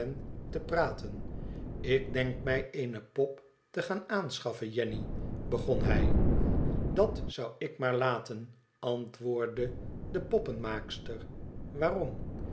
te praten ik denk mij eene pop te gaan aanschaffen jenny begon hij idat zou ik maar laten antwoordde de poppenkleer maakster waarom